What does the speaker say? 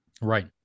Right